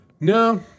No